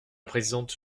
présidente